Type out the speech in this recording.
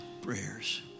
prayers